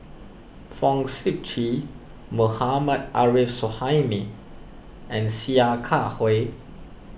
Fong Sip Chee Mohammad Arif Suhaimi and Sia Kah Hui